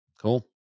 Cool